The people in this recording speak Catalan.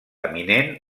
eminent